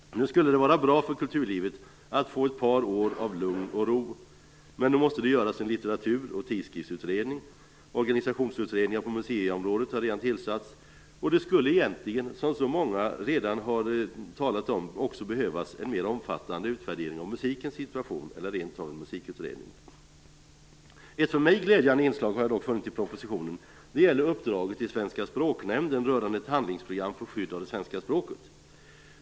Nu skulle det vara bra för kulturlivet att få ett par år av lugn och ro. Men då måste det göras en litteratur och tidskriftsutredning och organisationsutredningar på museiområdet har redan tillsatts. Det skulle egentligen - som så många redan talar om - också behövas en mera omfattande utvärdering av musikens situation eller rent av en musikutredning. Ett för mig glädjande inslag har jag dock funnit i propositionen. Det gäller uppdraget till Svenska språknämnden rörande ett handlingsprogram för skydd av det svenska språket.